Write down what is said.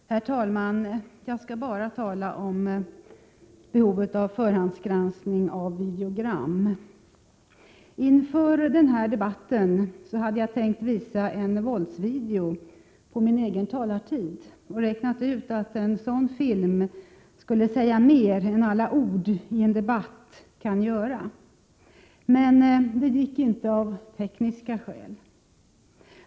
hetsförördiungen Herr talman! Jag skall tala enbart om behovet av förhandsgranskning av mm videogram. Inför den här debatten hade jag tänkt visa en våldsvideo under min egen talartid. Jag hade räknat ut att en sådan film skulle säga mer än alla ord i en debatt kan göra. Men av tekniska skäl gick det inte.